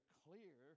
clear